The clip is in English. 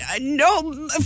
no